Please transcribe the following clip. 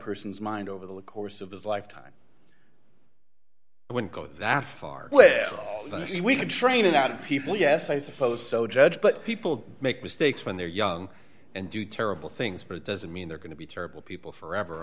person's mind over the course of his lifetime i wouldn't go that far but if we can train it out of people yes i suppose so judge but people make mistakes when they're young and do terrible things but it doesn't mean they're going to be terrible people forever